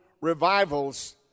revivals